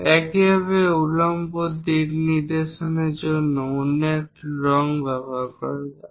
একইভাবে উল্লম্ব দিকনির্দেশের জন্য অন্য একটি রঙ ব্যবহার করা যাক